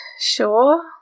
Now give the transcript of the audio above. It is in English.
Sure